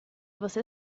você